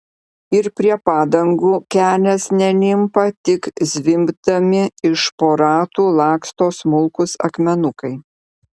ir prie padangų kelias nelimpa tik zvimbdami iš po ratų laksto smulkūs akmenukai